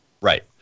right